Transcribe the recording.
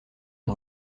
une